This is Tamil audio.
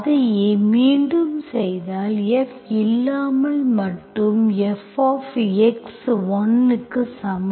அதையே மீண்டும் செய்தால் f இல்லாமல் மட்டுமே f ஆப் x 1 க்கு சமம்